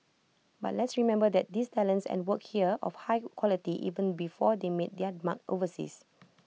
but let's remember that these talents and work here of high quality even before they made their mark overseas